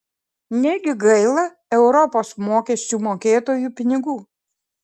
negi gaila europos mokesčių mokėtojų pinigų